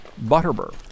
Butterbur